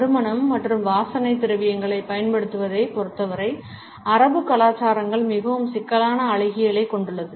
நறுமணம் மற்றும் வாசனை திரவியங்களைப் பயன்படுத்துவதைப் பொறுத்தவரை அரபு கலாச்சாரங்கள் மிகவும் சிக்கலான அழகியலைக் கொண்டுள்ளன